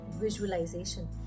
Visualization